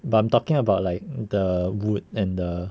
but I'm talking about like the wood and the